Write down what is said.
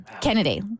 Kennedy